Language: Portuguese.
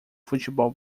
futebol